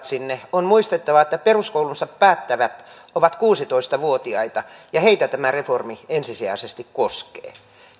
sinne on muistettava että peruskoulunsa päättävät ovat kuusitoista vuotiaita ja heitä tämä reformi ensisijaisesti koskee